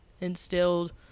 instilled